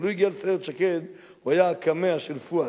כשהוא הגיע לסיירת שקד, הוא היה הקמע של פואד.